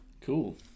Cool